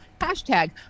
hashtag